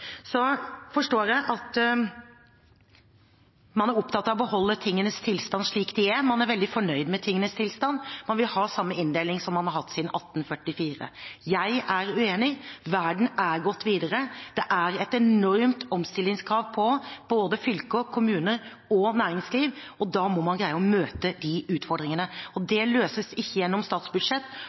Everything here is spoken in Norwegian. Så forstår jeg at man er opptatt av å beholde tingenes tilstand slik de er, man er veldig fornøyd med tingenes tilstand, man vil ha samme inndeling som man har hatt siden 1844. Jeg er uenig, verden har gått videre. Det er et enormt omstillingskrav på både fylker, kommuner og næringsliv, og da må man greie å møte de utfordringene. Det løses ikke gjennom statsbudsjett.